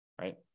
right